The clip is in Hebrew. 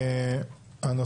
היום יום שני,